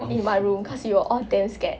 in one room cause we were all damn scared